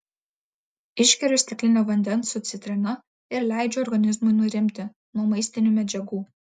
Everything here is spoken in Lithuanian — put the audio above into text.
išgeriu stiklinę vandens su citrina ir leidžiu organizmui nurimti nuo maistinių medžiagų